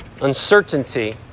Uncertainty